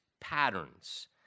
patterns